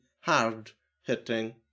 hard-hitting